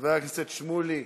חבר הכנסת שמולי,